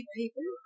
people